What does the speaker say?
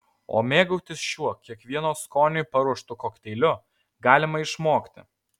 o mėgautis šiuo kiekvieno skoniui paruoštu kokteiliu galima išmokti